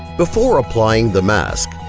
before applying the mask,